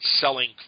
selling